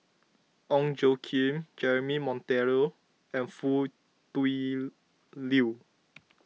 Ong Tjoe Kim Jeremy Monteiro and Foo Tui Liew